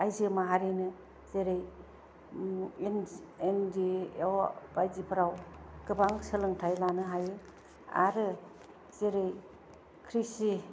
आइजो माहारिनो जेरै एन जि एन डि अ बायदिफोराव गोबां सोलोंथाय लानो हायो आरो जेरै खृषि